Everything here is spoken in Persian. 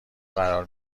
قرار